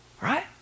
Right